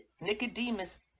Nicodemus